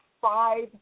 Five